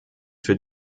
für